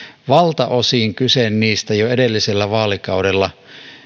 valtaosin kyse niistä jo edellisellä vaalikaudella